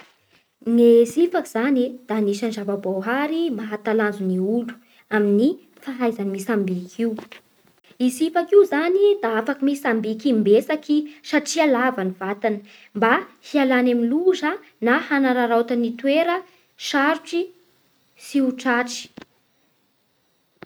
Ny sifaky zany e da anisan'ny zavaboary mahatalanjo gny olo amin'ny fahaiza mitsambiky io. Io sifaky io zany da afaky mitsambiky imbetsaky satria lava ny vatany mba hialany amin'ny loza na hanararaotany ny toera sarotry tsy ho tratry.